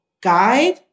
guide